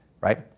right